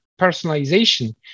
personalization